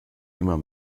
immer